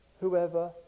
whoever